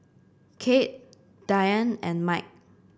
Kade Diane and Mike